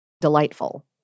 delightful